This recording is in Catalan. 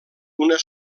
una